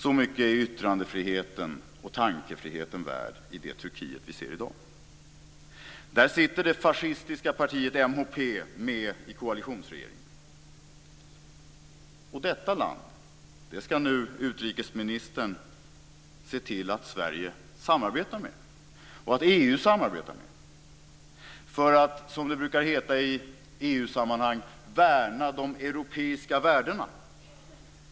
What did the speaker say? Så mycket är yttrandefriheten och tankefriheten värd i det Turkiet som vi ser i dag. Där sitter det fascistiska partiet MHP med i koalitionsregeringen, och detta land ska nu utrikesministern se till att Sverige samarbetar med och att EU samarbetar med för att, som det brukar heta i EU-sammanhang, värna de europeiska värdena.